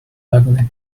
ugly